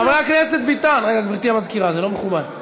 רגע, גברתי המזכירה, זה לא מכובד.